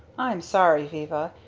i'm sorry, viva.